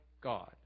God